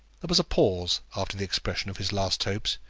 there was a pause after the expression of his last hopes,